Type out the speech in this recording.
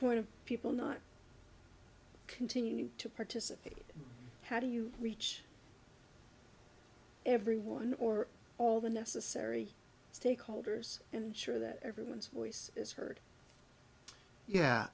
point of people not continue to participate how do you reach everyone or all the necessary stakeholders ensure that everyone's voice is heard yeah